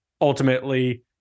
ultimately